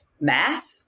math